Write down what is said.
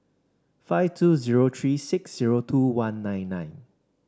five two zero three six zero two one nine nine